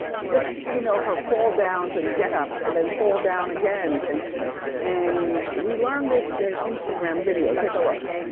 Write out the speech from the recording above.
just, you know, her fall downs and get ups and then fall down agains and and we learn this in an instagram video, take a look.